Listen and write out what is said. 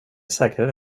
säkrare